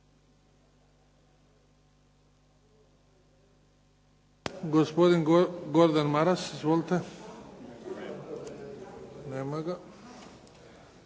Hvala vam